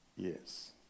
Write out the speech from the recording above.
Yes